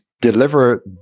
deliver